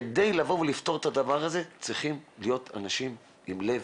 כדי לפתור את הדבר הזה צריכים להיות אנשים עם לב,